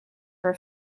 for